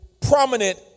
prominent